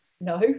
no